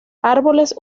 árboles